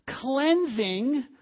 cleansing